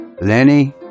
Lenny